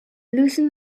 loosened